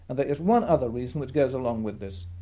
and there is one other reason which goes along with this.